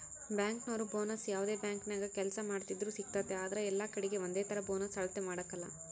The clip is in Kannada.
ಬ್ಯಾಂಕಿನೋರು ಬೋನಸ್ನ ಯಾವ್ದೇ ಬ್ಯಾಂಕಿನಾಗ ಕೆಲ್ಸ ಮಾಡ್ತಿದ್ರೂ ಸಿಗ್ತತೆ ಆದ್ರ ಎಲ್ಲಕಡೀಗೆ ಒಂದೇತರ ಬೋನಸ್ ಅಳತೆ ಮಾಡಕಲ